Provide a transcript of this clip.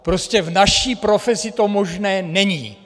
Prostě v naší profesi to možné není.